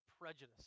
prejudice